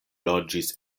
loĝis